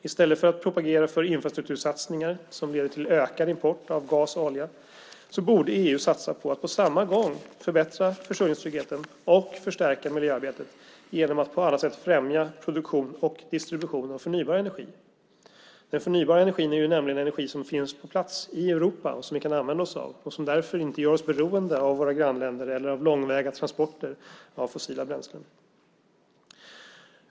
I stället för att propagera för infrastruktursatsningar som leder till en ökad import av gas och olja borde EU satsa på att på samma gång förbättra försörjningstryggheten och förstärka miljöarbetet genom att på alla sätt främja produktion och distribution av förnybar energi. Den förnybara energin är nämligen energi som finns på plats i Europa och som vi kan använda oss av och som därför inte gör oss beroende av våra grannländer eller av långväga transporter av fossila bränslen.